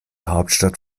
hauptstadt